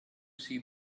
see